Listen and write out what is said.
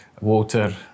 water